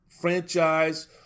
franchise